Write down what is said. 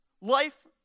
life